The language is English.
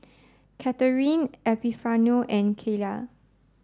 Catharine Epifanio and Kaela